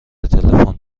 تلفن